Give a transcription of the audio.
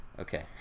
okay